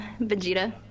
Vegeta